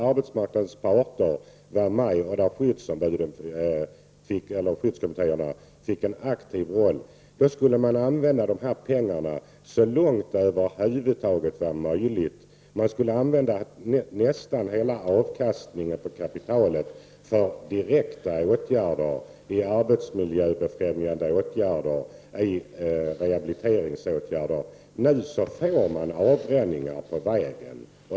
Arbetsmarknadens parter skulle vara företrädda, och på det sättet skulle skyddskommittéerna få en aktiv roll. Nästan hela avkastningen av kapitalet borde användas för direkta arbetsmiljöbefrämjande åtgärder och rehabiliteringsåtgärder. Nu blir det avbränningar på vägen.